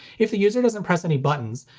if the user doesn't press any buttons,